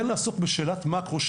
כן לעסוק בשאלת המאקרו,